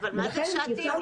אבל זה מה שעתיים?